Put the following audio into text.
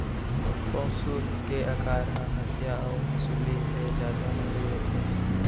पौंसुल के अकार ह हँसिया अउ हँसुली ले जादा लमरी रथे